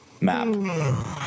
map